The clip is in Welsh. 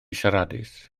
siaradus